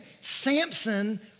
Samson